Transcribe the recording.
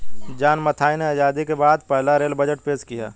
John Mathai ने आजादी के बाद पहला रेल बजट पेश किया